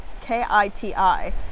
k-i-t-i